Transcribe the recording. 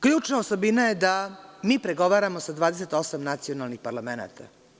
Ključna osobina je da mi pregovaramo sa 28 nacionalnih parlamenata.